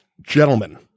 gentlemen